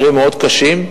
מקרים מאוד קשים,